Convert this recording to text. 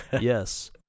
Yes